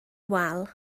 wal